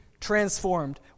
transformed